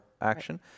action